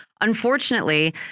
unfortunately